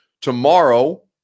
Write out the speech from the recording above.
tomorrow